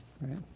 Right